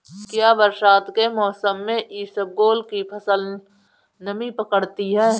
क्या बरसात के मौसम में इसबगोल की फसल नमी पकड़ती है?